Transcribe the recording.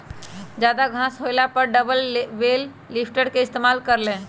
जादा घास होएला पर डबल बेल लिफ्टर के इस्तेमाल कर ल